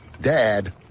Dad